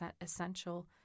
essential